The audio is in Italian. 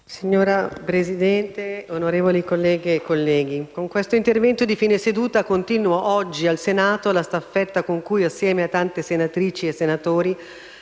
Signora Presidente, onorevoli colleghe e colleghi, con questo intervento di fine seduta continuo oggi, al Senato, la staffetta con cui, assieme a tante senatrici e tanti